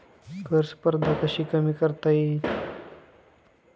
कर स्पर्धा कशी कमी करता येईल?